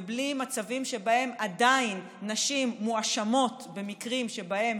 ובלי מצבים שבהם עדיין נשים מואשמות במקרים שבהם